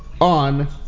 on